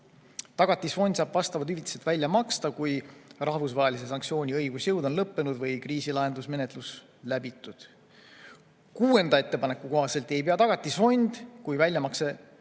Tagatisfond saab vastavad hüvitised välja maksta, kui rahvusvahelise sanktsiooni õigusjõud on lõppenud või kriisilahendusmenetlus läbitud. Kuuenda ettepaneku kohaselt ei pea Tagatisfond, kui väljamakse